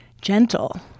gentle